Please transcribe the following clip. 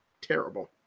terrible